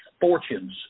fortunes